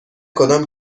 کدام